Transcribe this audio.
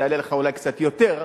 זה יעלה לך אולי קצת יותר,